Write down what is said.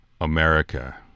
America